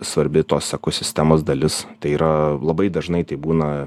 svarbi tos ekosistemos dalis tai yra labai dažnai tai būna